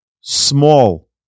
small